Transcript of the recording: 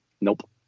Nope